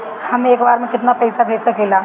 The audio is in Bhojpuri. हम एक बार में केतना पैसा भेज सकिला?